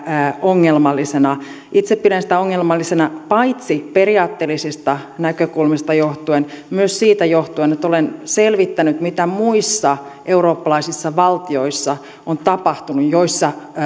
ongelmallisena itse pidän sitä ongelmallisena paitsi periaatteellisista näkökulmista johtuen myös siitä johtuen että olen selvittänyt mitä on tapahtunut muissa eurooppalaisissa valtioissa joissa